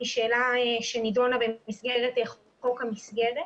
היא שאלה שנידונה במסגרת חוק המסגרת